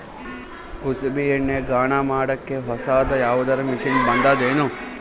ಕುಸುಬಿ ಎಣ್ಣೆ ಗಾಣಾ ಮಾಡಕ್ಕೆ ಹೊಸಾದ ಯಾವುದರ ಮಷಿನ್ ಬಂದದೆನು?